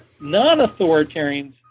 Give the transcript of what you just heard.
non-authoritarians